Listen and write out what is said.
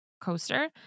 coaster